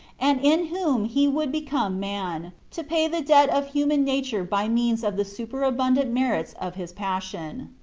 and in whom he would become man, to pay the debt of human nature by means of the superabundant merits of his passion.